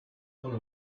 owner